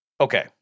Okay